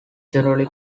generally